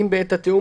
אם בעת התיאום,